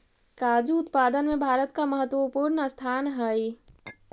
काजू उत्पादन में भारत का महत्वपूर्ण स्थान हई